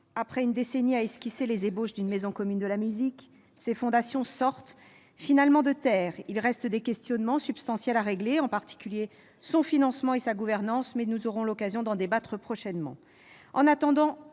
Après une décennie à esquisser les ébauches d'une maison commune de la musique, ses fondations sortent finalement de terre. Il reste des questionnements substantiels à régler, en particulier son financement et sa gouvernance, mais nous aurons l'occasion d'en débattre prochainement.